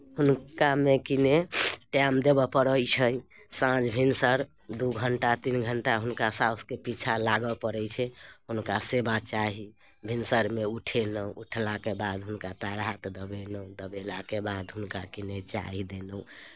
हुनकामे किने टाइम देबय पड़ैत छै साँझ भिनसर दू घण्टा तीन घण्टा हुनका सासुके पीछा लागय पड़ैत छै हुनका सेवा चाही भिनसरमे उठेलौँ उठेलाके बाद हुनका पएर हाथ दबेलहुँ दबेलाके बाद हुनका किने चाह देलहुँ